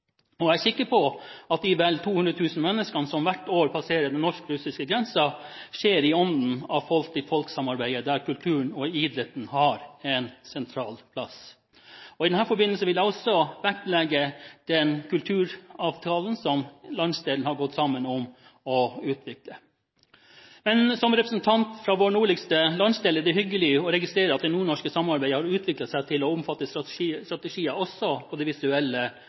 Jeg er sikker på at de vel 200 000 menneskene som hvert år passerer den norsk-russiske grensen, gjør det i ånden av folk-til-folk-samarbeidet, der kulturen og idretten har en sentral plass. I den forbindelse vil jeg også vektlegge den kulturavtalen som landsdelen har gått sammen om å utvikle. Som representant fra vår nordligste landsdel er det hyggelig å registrere at det nordnorske samarbeidet har utviklet seg til å omfatte strategier også på det visuelle